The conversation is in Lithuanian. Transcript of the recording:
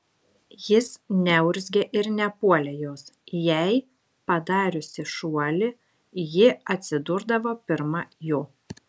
jis neurzgė ir nepuolė jos jei padariusi šuolį ji atsidurdavo pirma jo